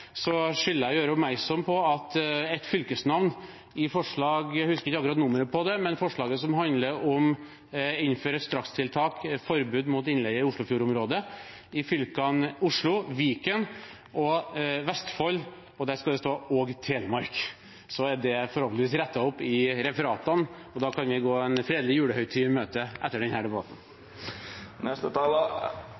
skylder jeg å gjøre oppmerksom på at når det gjelder fylkesnavn i forslaget – jeg husker ikke akkurat nummeret på det – som handler om som et strakstiltak å innføre forbud mot innleie i Oslofjord-området i fylkene Oslo, Viken og Vestfold, skal det også stå «og Telemark». Da blir det forhåpentligvis rettet opp i referatene, og vi kan gå en fredelig julehøytid i møte etter denne debatten.